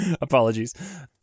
Apologies